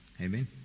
Amen